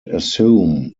assume